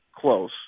close